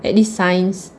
at least science